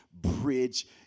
Bridge